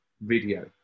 Video